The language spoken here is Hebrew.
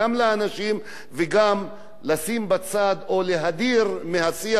וגם לשים בצד או להדיר מהשיח הציבורי את